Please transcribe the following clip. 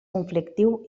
conflictiu